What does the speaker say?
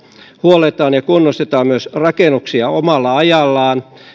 huolletaan ja kunnostetaan myös rakennuksia omalla ajallaan